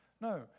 No